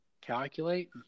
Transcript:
calculate